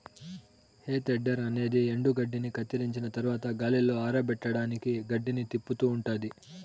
హే tedder అనేది ఎండుగడ్డిని కత్తిరించిన తరవాత గాలిలో ఆరపెట్టడానికి గడ్డిని తిప్పుతూ ఉంటాది